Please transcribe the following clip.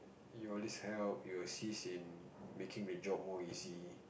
you at least help you assist in making the job more easy